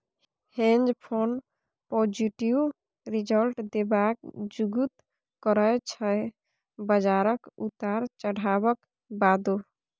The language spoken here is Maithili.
हेंज फंड पॉजिटिव रिजल्ट देबाक जुगुत करय छै बजारक उतार चढ़ाबक बादो